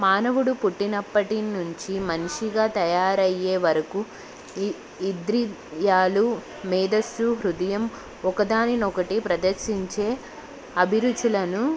మానవుడు పుట్టినప్పటి నుంచి మనిషిగా తయారయ్యే వరకు ఇంద్రియాలు మేదస్సు హృదయం ఒకదానిని ఒకటి ప్రదర్శించే అభిరుచులను